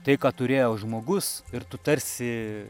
tai ką turėjo žmogus ir tu tarsi